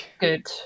Good